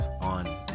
on